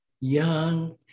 Young